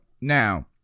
Now